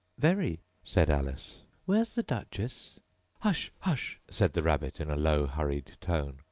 very, said alice where's the duchess hush! hush said the rabbit in a low, hurried tone.